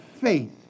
faith